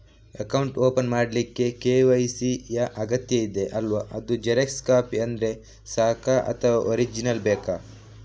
Account open ಮಾಡ್ಲಿಕ್ಕೆ KYC ಯಾ ಅಗತ್ಯ ಇದೆ ಅಲ್ವ ಅದು ಜೆರಾಕ್ಸ್ ಕಾಪಿ ತಂದ್ರೆ ಸಾಕ ಅಥವಾ ಒರಿಜಿನಲ್ ಬೇಕಾ?